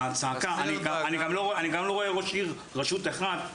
אני גם לא רואה ראש רשות אחד שיתנגד לזה.